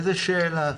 איזו שאלה.